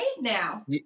now